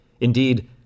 Indeed